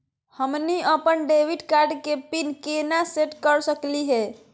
हमनी अपन debit card के पीन केना सेट कर सकली हे?